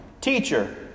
Teacher